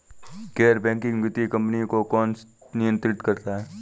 गैर बैंकिंग वित्तीय कंपनियों को कौन नियंत्रित करता है?